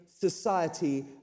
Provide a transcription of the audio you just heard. society